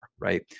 right